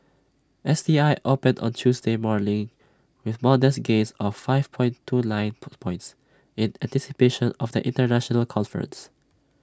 S T I opened on Tuesday morning with modest gains of five point two nine put points in anticipation of the International conference